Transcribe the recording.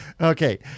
Okay